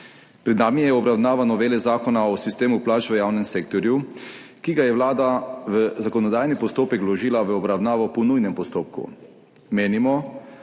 Pred nami je obravnava novele Zakona o sistemu plač v javnem sektorju, ki ga je Vlada v zakonodajni postopek vložila v obravnavo po nujnem postopku. Menimo,